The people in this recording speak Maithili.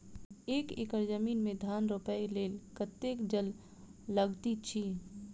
एक एकड़ जमीन मे धान रोपय लेल कतेक जल लागति अछि?